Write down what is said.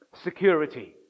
Security